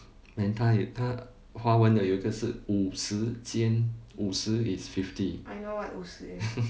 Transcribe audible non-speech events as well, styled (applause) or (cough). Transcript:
then 他他华文的有一个是五十肩五十 is fifty (laughs)